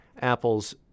Apple's